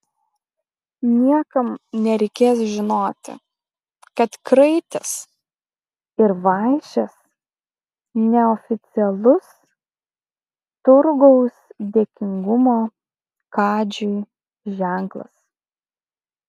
niekam nereikės žinoti kad kraitis ir vaišės neoficialus turgaus dėkingumo kadžiui ženklas